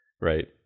Right